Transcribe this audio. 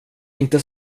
inte